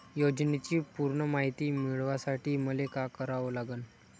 योजनेची पूर्ण मायती मिळवासाठी मले का करावं लागन?